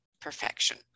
perfection